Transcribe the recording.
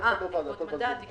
ההעלאה היא יותר